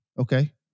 Okay